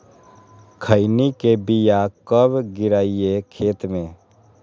खैनी के बिया कब गिराइये खेत मे?